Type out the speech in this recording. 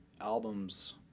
albums